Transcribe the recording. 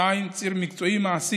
2. ציר מקצועי-מעשי,